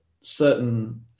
certain